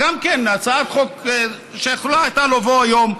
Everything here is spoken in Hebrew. גם היא הצעת חוק שיכולה הייתה לבוא היום,